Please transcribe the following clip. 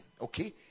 okay